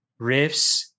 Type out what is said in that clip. riffs